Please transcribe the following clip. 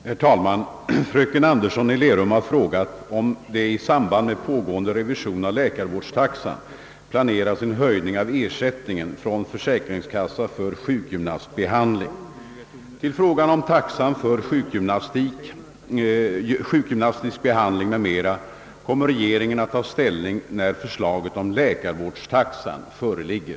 Herr talman! Fröken Anderson i Lerum har frågat om det i samband med pågående revision av läkarvårdstaxan planeras en höjning av ersättningen från försäkringskassa för sjukgymnastbehandling. tisk behandling m.m. kommer regeringen att ta ställning när förslaget om läkarvårdstaxan föreligger.